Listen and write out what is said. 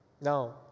Now